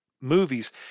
movies